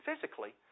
physically